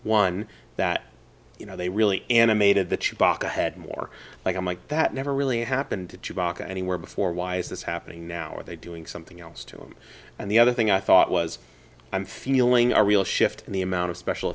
one that you know they really animated the chibok i had more like i'm like that never really happened to chibok anywhere before why is this happening now are they doing something else to him and the other thing i thought was i'm feeling a real shift in the amount of special